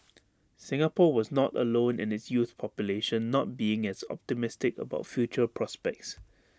Singapore was not alone in its youth population not being as optimistic about future prospects